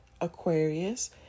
Aquarius